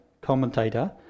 commentator